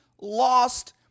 lost